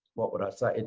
what would i say?